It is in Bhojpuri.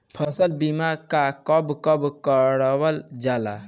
फसल बीमा का कब कब करव जाला?